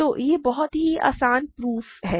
तो यह एक बहुत ही आसान प्रूफ है